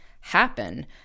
happen